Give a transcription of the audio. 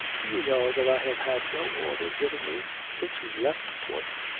do you know that i have had no order given me since we left port?